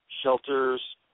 shelters